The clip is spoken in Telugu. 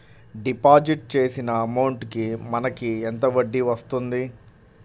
డిపాజిట్ చేసిన అమౌంట్ కి మనకి ఎంత వడ్డీ వస్తుంది?